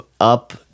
up